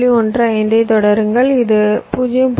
15 ஐ தொடருங்கள் இது 0